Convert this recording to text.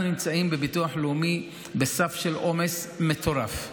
אנחנו נמצאים בביטוח לאומי בסף של עומס מטורף.